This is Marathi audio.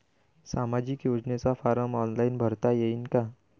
सामाजिक योजनेचा फारम ऑनलाईन भरता येईन का?